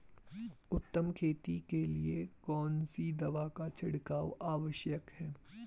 उत्तम खेती के लिए कौन सी दवा का छिड़काव आवश्यक है?